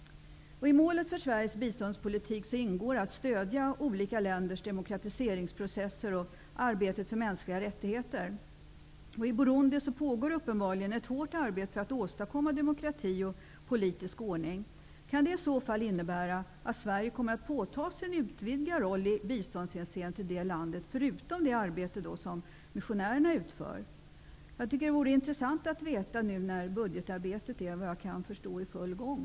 I målet för Sveriges biståndspolitik ingår att stödja olika länders demokratiseringsprocesser och arbetet för mänskliga rättigheter. I Burundi pågår uppenbarligen ett hårt arbete för att åstadkomma demokrati och politisk ordning. Kan det i så fall innebära att Sverige kommer att påta sig en utvidgad roll i biståndshänseende i fråga om det landet, förutom det arbete som missionärerna utför? Jag tycker att det vore intressant att få veta när budgetarbetet -- såvitt jag förstår -- det, nu är i full gång.